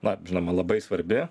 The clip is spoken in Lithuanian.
na žinoma labai svarbi